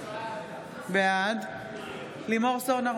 בעד לימור סון הר